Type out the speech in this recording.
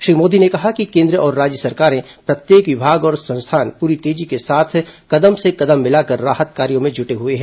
श्री मोदी ने कहा कि केन्द्र और राज्य सरकारें प्रत्येक विभाग और संस्थान पूरी तेजी के साथ कदम से कदम मिलाकर राहत कार्यों में जुटे हुए हैं